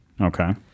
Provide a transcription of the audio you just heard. Okay